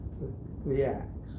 reacts